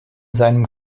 seinem